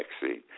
vaccine